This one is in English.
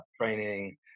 training